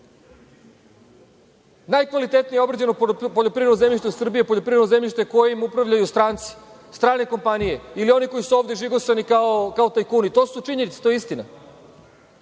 Najkvalitetnije obrađeno poljoprivredno zemljište u Srbiji je poljoprivredno zemljište kojim upravljaju stranci, strane kompanije, ili oni koji su ovde žigosani kao tajkuni. To su činjenice, to je istina. Šta